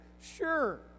Sure